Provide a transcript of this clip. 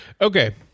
Okay